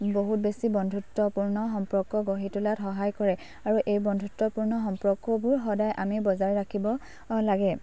বহুত বেছি বন্ধুত্বপূৰ্ণ সম্পৰ্ক গঢ়ি তোলাত সহায় কৰে আৰু এই বন্ধুত্বপূৰ্ণ সম্পৰ্কবোৰ সদায় আমি বজাই ৰাখিব লাগে